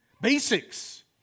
Basics